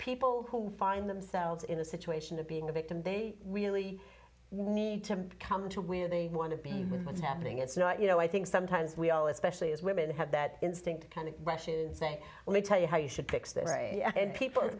people who find themselves in a situation of being a victim they really need to come to where they want to be and what's happening it's not you know i think sometimes we all especially as women have that instinct to kind of rush in and say let me tell you how you should fix this and people are